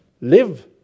live